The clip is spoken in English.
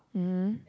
mmhmm